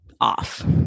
Off